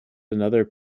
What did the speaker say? another